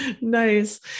Nice